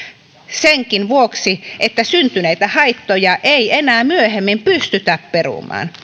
senkin vuoksi että syntyneitä haittoja ei enää myöhemmin pystytä perumaan